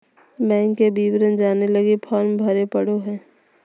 bank के विवरण जाने लगी फॉर्म भरे पड़ो हइ